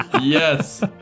Yes